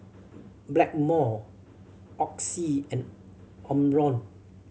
Blackmore Oxy and Omron